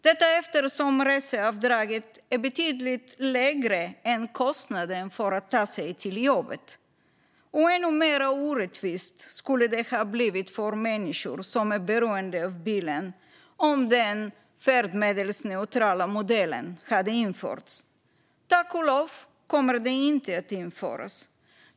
Detta är på grund av att reseavdraget är betydligt lägre än kostnaden för att ta sig till jobbet. Ännu mer orättvist skulle det ha blivit för människor som är beroende av bilen om den färdmedelsneutrala modellen hade införts. Tack och lov kommer den inte att införas.